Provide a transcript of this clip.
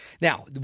now